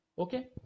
Okay